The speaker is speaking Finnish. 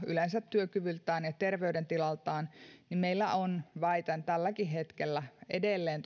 yleensä työkyvyltään ja terveydentilaltaan meillä on väitän tälläkin hetkellä edelleen